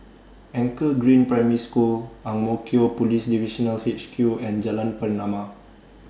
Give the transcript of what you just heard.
Anchor Green Primary School Ang Mo Kio Police Divisional H Q and Jalan Pernama